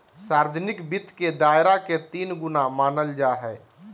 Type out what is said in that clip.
सार्वजनिक वित्त के दायरा के तीन गुना मानल जाय हइ